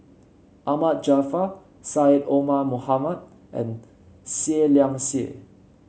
Ahmad Jaafar Syed Omar Mohamed and Seah Liang Seah